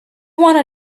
wanna